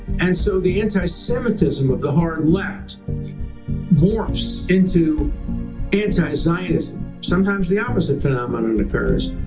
and so the anti-semitism of the hard left morphs into anti-zionism sometimes the opposite phenomenon occurs.